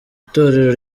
itorero